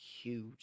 huge